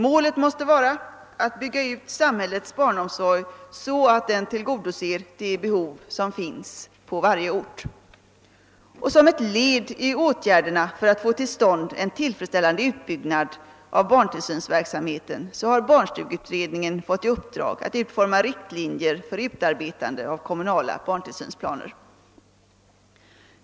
Målet måste vara att bygga ut samhällets barnomsorg så att man tillgodoser de behov som finns på varje ort, och som ett led i åtgärderna att få till stånd en tillfredsställande utbyggnad av barntillsynsverksamheten har 1968 års barnstugeutredning fått i uppdrag att utforma riktlinjer för utarbetandet av kommunala barntillsynsplatser.